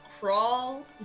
crawl